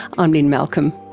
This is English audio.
um lynne malcolm.